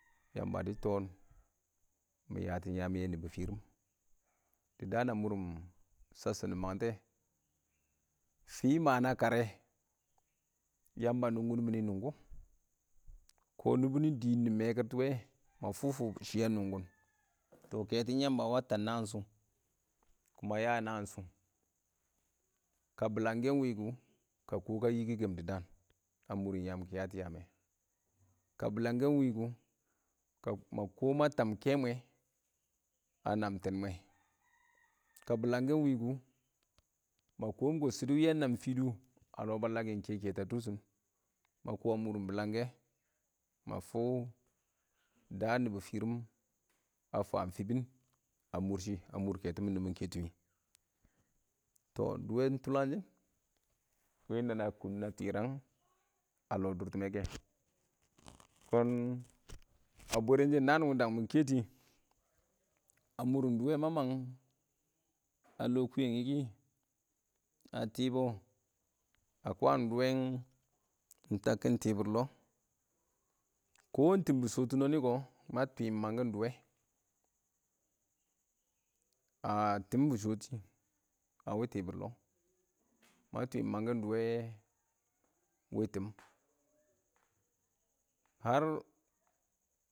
Yamba dɪ toon, mɪ yatɪn yaam yɛ nɪbɔ firim, dɪ daam a mʊrɪm shasshɪm nɪ mangtɛ, fɪ ma na karrɛ Yamba nʊngɪ nɪ mɪnɪ nʊngɔ, kɔ nɪbɔ nɪ dɪɪn nɪ mɛkɪr tɔ wɛ, tɔ kɛtɔn Yamba wɔ a tab naan shʊ, ma ya naan shʊ. Ka bɪlang kɛ ɪng wɪ kʊ ka kɔ ka yɪkɪkɛm dɪ daan a mʊrɪn yam kɪ yattʊ yaam mɛ. Ka bɪlang kɛ ɪng wɪ kʊ ma kɔ ma tab kɛ mwɛ a naam tɛɛnmwe, ka bɪlang kɛ ɪng wɪ kʊ ma kɔm kɔm shɪdʊ wɪ a nam fɪdʊ a lɔ balla kɛ ɪng kɛ kɛtɔ a dʊr shɪn, ma kɔ a mʊr bɪlang kɛ ma kɔɔm daan nɪbɔ firim a fam fɪbɪn a mʊr shɪ, a mʊr kɛtɔn mɪn dɔ mɪ kɛtʊ wɪ. Tɔ duwe ɪng tʊlangshɪn wɪ nana na kʊn na twɪrang a lɔ dʊrtɪmmɛ kɛ, kɔn a bwɛrrɛnshɛ naan wɪ dang mɪ kɛtɪ a mʊrɪ duwe ma mang a lɔ kʊyɛngɪ kɪ a tɪbɔ, a kwaan duwe tabkɪn tibir lɔ kɔ ɪng tɪm bɪ shɔtʊ nɔnɪ kɔ ma twɪɪm mangkɪn duwe a tɪm bɪ shɔtɪ a tɪbɪr lɔ, ma twɪɪn mangkɪn dʊwɛ wɪ tɪm ngar.